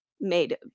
made